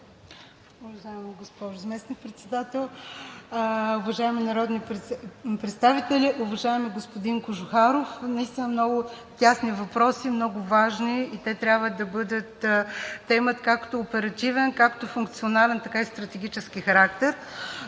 Уважаема госпожо Заместник-председател, уважаеми народни представители! Уважаеми господин Кожухаров, наистина много тесни въпроси, много важни, и те трябва да бъдат тема, както с оперативен, както с функционален, така и със стратегически характер.